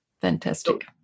Fantastic